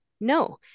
No